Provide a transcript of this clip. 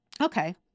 Okay